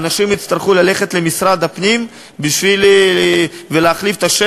אנשים יצטרכו ללכת למשרד הפנים ולהחליף את השם